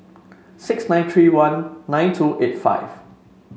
six nine three one nine two eight five